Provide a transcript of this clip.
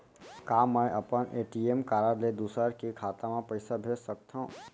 का मैं अपन ए.टी.एम कारड ले दूसर के खाता म पइसा भेज सकथव?